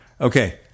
Okay